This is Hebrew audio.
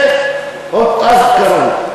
כן, כבר אז.